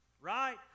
right